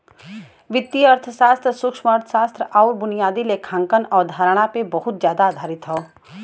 वित्तीय अर्थशास्त्र सूक्ष्मअर्थशास्त्र आउर बुनियादी लेखांकन अवधारणा पे बहुत जादा आधारित हौ